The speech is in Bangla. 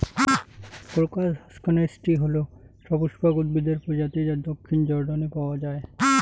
ক্রোকাস হসকনেইচটি হল সপুষ্পক উদ্ভিদের প্রজাতি যা দক্ষিণ জর্ডানে পাওয়া য়ায়